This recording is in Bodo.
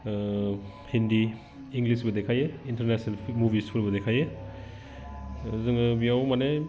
हिन्दी इंग्लिसबो देखायो इन्टारनेसनेल मुभिसफोरबो देखायो जोङो बेयाव माने